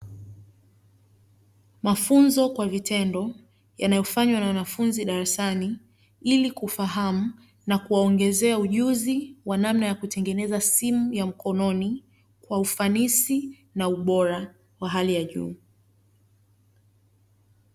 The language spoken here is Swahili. Mafunzo kwa vitendo yanayofanywa na wanafunzi darasani ili kufahamu na kuwaongezea ujuzi wa namna ya kutengeneza simu ya mkononi kwa ufanisi na ubora wa hali ya juu.